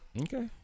Okay